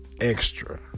extra